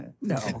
No